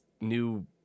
new